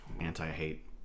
anti-hate